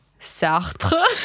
Sartre